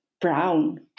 brown